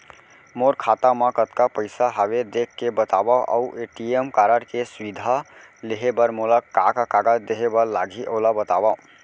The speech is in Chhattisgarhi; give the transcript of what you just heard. मोर खाता मा कतका पइसा हवये देख के बतावव अऊ ए.टी.एम कारड के सुविधा लेहे बर मोला का का कागज देहे बर लागही ओला बतावव?